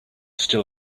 still